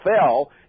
fell